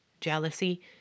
jealousy